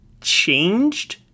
changed